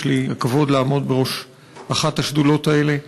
יש לי הכבוד לעמוד בראש אחת השדולות האלה.